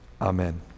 Amen